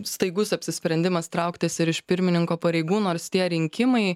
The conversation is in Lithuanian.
staigus apsisprendimas trauktis ir iš pirmininko pareigų nors tie rinkimai